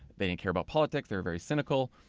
they didn't care about politics. they were very cynical.